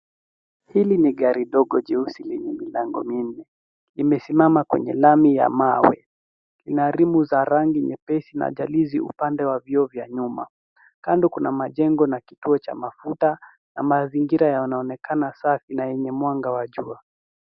Hili ni gari ndogo jeusi lenye milango minne. Limesimama kwenye lami ya mawe. Lina rimu za rangi nyepesi na andalizi upande wa vioo vya nyuma. Kando kuna majengo na kituo cha mafuta, na mazingira yanaonekana safi na yenye mwanga wa jua.